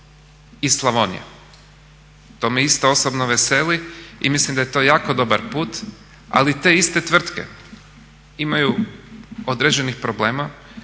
iz Slavonije. To me isto osobno veseli i mislim da je to jako dobar put. Ali te iste tvrtke imaju određenih problema